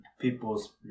People's